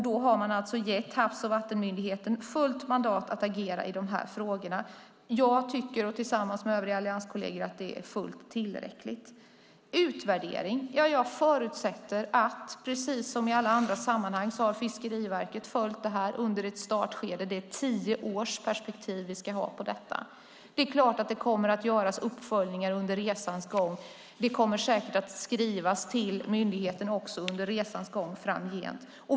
Då har man gett Havs och vattenmyndigheten fullt mandat att agera i de här frågorna. Jag tycker, tillsammans med övriga allianskolleger, att det är fullt tillräckligt. När det gäller utredning förutsätter jag att Fiskeriverket har följt detta under ett startskede. Vi ska ha tio års perspektiv på detta. Det är klart att det kommer att göras uppföljningar under resans gång. Det kommer säkert att skrivas till myndigheten.